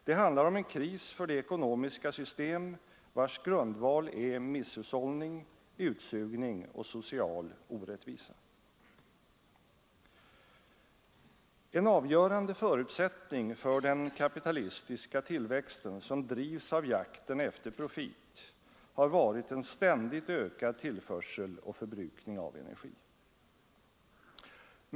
Det handlar om en kris för det ekonomiska system vars grundval är misshushållning, utsugning och social orättvisa. En avgörande förutsättning för den kapitalistiska tillväxten, som drivs av jakten efter profit, har varit en ständigt ökad tillförsel och förbrukning av energi.